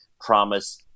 promise